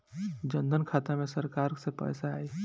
जनधन खाता मे सरकार से पैसा आई?